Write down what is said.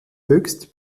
höchst